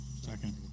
Second